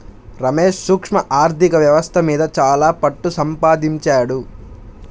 రమేష్ సూక్ష్మ ఆర్ధిక వ్యవస్థ మీద చాలా పట్టుసంపాదించాడు